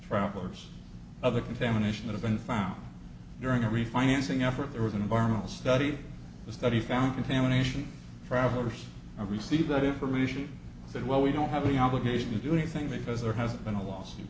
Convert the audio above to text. travelers of the contamination of been found during a refinancing effort there was an environmental study the study found contamination travelers received that information that well we don't have any obligation to do anything because there hasn't been a lawsuit